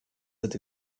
that